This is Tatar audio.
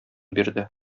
бирде